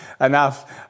enough